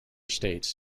states